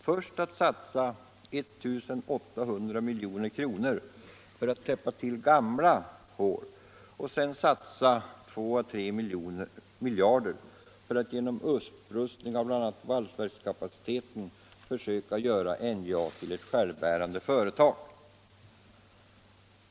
Först måste man satsa I 800 milj.kr. för att täppa till gamla hål, och sedan får man satsa 2-3 miljarder för att genom upprustning av bl.a. valsverkskapaciteten göra NJA till ett självbärande företag.